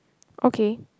okay